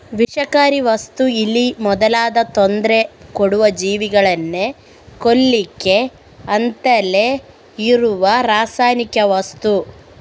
ವಿಷಕಾರಿ ವಸ್ತು ಇಲಿ ಮೊದಲಾದ ತೊಂದ್ರೆ ಕೊಡುವ ಜೀವಿಗಳನ್ನ ಕೊಲ್ಲಿಕ್ಕೆ ಅಂತಲೇ ಇರುವ ರಾಸಾಯನಿಕ ವಸ್ತು